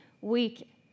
week